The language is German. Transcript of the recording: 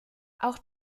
auch